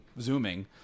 zooming